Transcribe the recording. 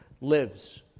lives